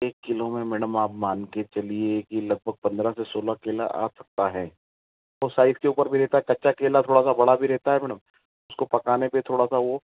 एक किलो में मैडम आप मान के चलिए कि लगभग पंद्रह से सोलह केला आ सकता और साइज के ऊपर भी रहता है कच्चा केला थोड़ा बड़ा भी रहता है मैडम उसको पकाने पर थोड़ा सा वह